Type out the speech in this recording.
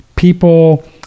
People